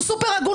שאומרת בבוקר א',